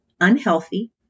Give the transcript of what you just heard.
unhealthy